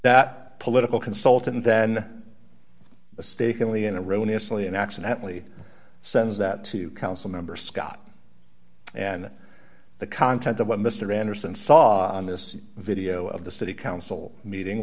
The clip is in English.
that political consultant then mistakenly in a row initially and accidentally sends that to council member scott and the content of what mr anderson saw in this video of the city council meeting